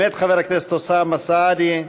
מאת חבר הכנסת אוסאמה סעדי.